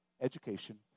education